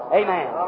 amen